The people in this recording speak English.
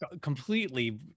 completely